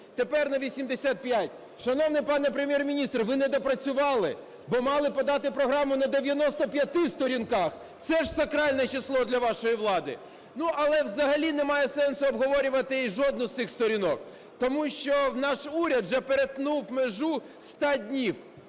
тепер на 85. Шановний пане Прем'єр-міністр, ви недопрацювали, бо мали подати програму на 95 сторінках – це ж сакральне число для вашої влади. Ну, але взагалі немає сенсу обговорювати і жодну з цих сторінок. Тому що наш уряд вже перетнув межу 100 днів.